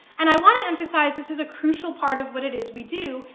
and i want to emphasize this is a crucial part of what it is we do,